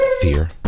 fear